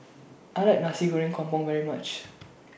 I like Nasi Goreng Kampung very much